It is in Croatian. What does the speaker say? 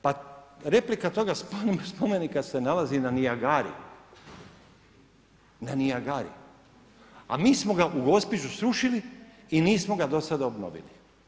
Pa replika toga spomenika se nalazi na Niagari, na Niagari a mi smo ga u Gospiću srušili i nismo ga do sada obnovili.